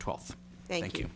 twelfth thank you